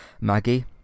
Maggie